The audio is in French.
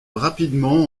rapidement